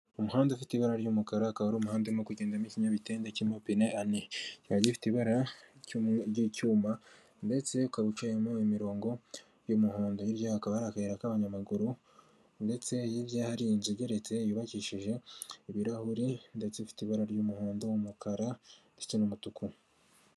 Umuhanda ufite ibara ry'umukara akaba ari umuhanda urimo kugendamo ikinyamitende cy'amapine ane, kikaba gifite ibara' ry'icyuma ndetse ukaba ucimo imirongo y'umuhondo, hirya hakaba hari akayira k'abanyamaguru ndetse hirya hakaba hari inzu igeretse yubakishije ibirahuri ndetse ifite ibara ry'umuhondo, umukara ndetse n'umutuku.